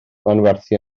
manwerthu